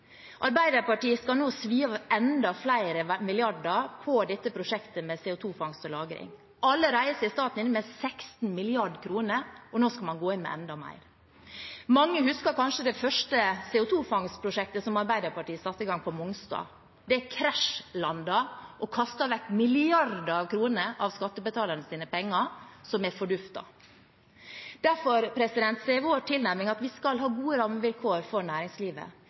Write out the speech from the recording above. Arbeiderpartiet skal nå svi av enda flere milliarder på dette prosjektet med CO 2 -fangst og -lagring. Allerede er staten inne med 16 mrd. kr, og nå skal man gå inn med enda mer. Mange husker kanskje det første CO 2 -fangstprosjektet som Arbeiderpartiet satte i gang, på Mongstad. Det krasjlandet og kastet vekk milliarder av kroner av skattebetalernes penger, som er forduftet. Derfor er vår tilnærming at vi skal ha gode rammevilkår for næringslivet.